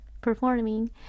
performing